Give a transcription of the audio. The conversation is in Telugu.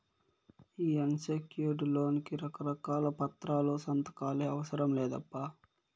ఈ అన్సెక్యూర్డ్ లోన్ కి రకారకాల పత్రాలు, సంతకాలే అవసరం లేదప్పా